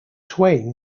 twain